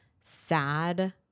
sad